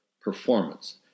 performance